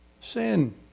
sin